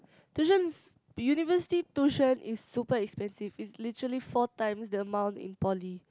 tuition f~ university tuition is super expensive it's literally four times the amount in poly